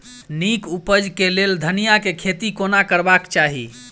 नीक उपज केँ लेल धनिया केँ खेती कोना करबाक चाहि?